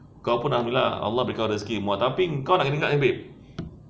kau pun alhamdulillah allah beri kau rezeki murah tapi kau kena ingat babe